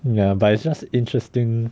ya but it's just interesting